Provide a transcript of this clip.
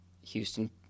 Houston